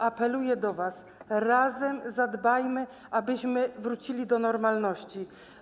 Apeluję do was: razem zadbajmy, abyśmy wrócili do normalności.